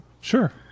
Sure